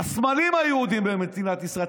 הסמלים היהודיים במדינת ישראל.